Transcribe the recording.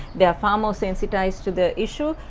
they're far more sensitized to the issue,